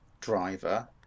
driver